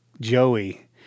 Joey